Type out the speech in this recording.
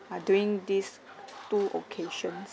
uh during these two occasions